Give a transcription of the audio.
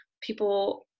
people